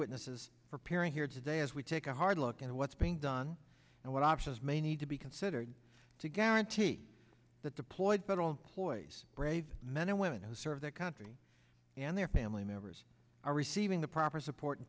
witnesses preparing here today as we take a hard look at what's being done and what options may need to be considered to guarantee that deployed federal employees brave men and women who serve their country and their family members are receiving the proper support